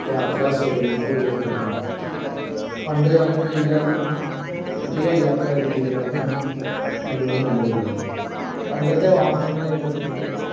യാത്രാ സൗകര്യങ്ങൾ ഉയർന്നിട്ടുണ്ട് പണ്ടുകാലങ്ങളില്ലാതിരുന്ന പുതിയ യാത്രാ രീതികളാണ് ഇന്ന് മുഴുവൻ നിലവിലുള്ളത് പണ്ടത്തെ വാഹനങ്ങൾ എന്ന് പറയുന്നത്